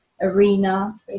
Arena